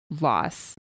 loss